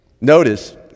Notice